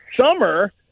Summer